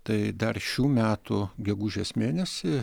tai dar šių metų gegužės mėnesį